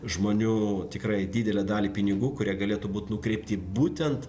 žmonių tikrai didelę dalį pinigų kurie galėtų būti nukreipti būtent